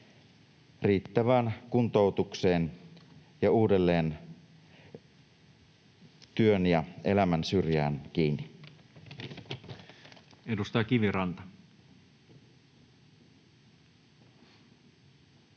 riittävään kuntoutukseen ja uudelleen työn ja elämän syrjään kiinni. [Speech 166]